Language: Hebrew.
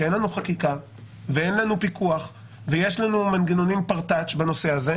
שאין לנו חקיקה ואין לנו פיקוח ויש לנו מנגנונים פרטאץ' בנושא זה.